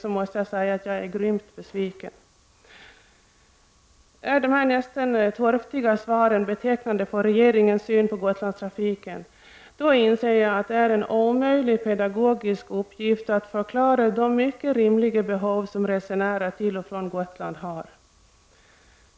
Om detta torftiga svar är betecknande för regeringens syn på Gotlandstrafiken, inser jag att det är en omöjlig pedagogisk uppgift att förklara de mycket rimliga behov som resenärer till och från Gotland har.